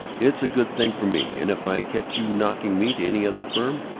it's a good thing for me. and if i catch you knocking me to any other firm,